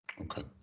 okay